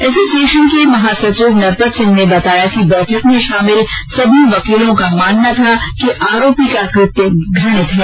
association के महासचिव नरपत सिंह ने बताया कि बैठक में शामिल सभी वकीलों का मानना था कि आरोपी का कृत्य घृणित है